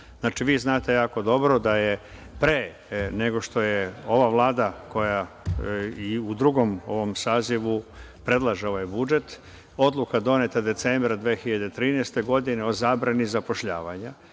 doneta. Vi znate jako dobro da je, pre nego što je ova Vlada koja i u drugom sazivu predlaže ovaj budžet, odluka doneta decembra 2013. godine o zabrani zapošljavanja.